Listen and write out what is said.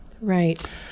right